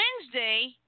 Wednesday